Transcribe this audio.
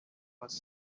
was